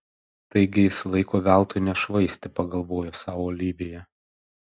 taigi jis laiko veltui nešvaistė pagalvojo sau olivija